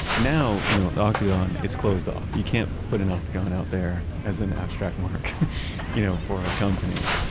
now you know the octagon, it's closed off. you can't put an octagon out there as an abstract mark you know for a company.